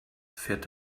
fährt